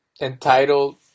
entitled